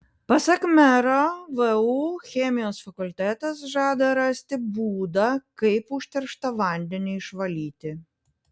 pasak mero vu chemijos fakultetas žada rasti būdą kaip užterštą vandenį išvalyti